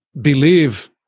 believe